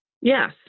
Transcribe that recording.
Yes